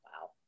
Wow